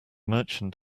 merchant